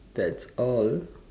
that's all